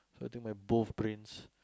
I think my both brains